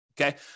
okay